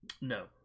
No